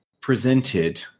presented